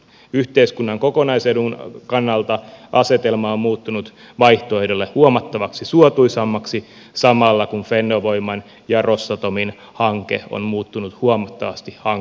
yhteiskunnan kokonaisedun kannalta asetelma on muuttunut vaihtoehdolle huomattavasti suotuisammaksi samalla kun fennovoiman ja rosatomin hanke on muuttunut huomattavasti hankalammaksi